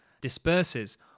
disperses